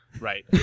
Right